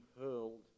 hurled